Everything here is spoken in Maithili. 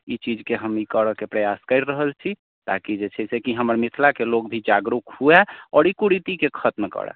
ई चीजके हम ई करऽके प्रयास करि रहल छी ताकि जे छै से कि हमर मिथिलाके लोक भी जागरूक हुअए आओर ई कुरीतिके खत्म करै